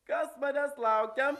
kas manęs laukia